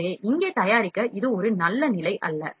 எனவே இங்கே தயாரிக்க இது ஒரு நல்ல நிலை அல்ல